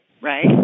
right